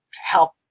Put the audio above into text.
help